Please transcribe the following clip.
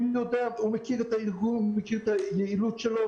הוא מכיר את הארגון, הוא מכיר את היעילות שלו.